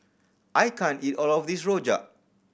I can't eat all of this rojak